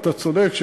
אתה צודק,